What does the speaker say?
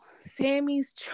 Sammy's